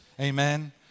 Amen